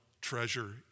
treasure